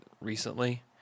recently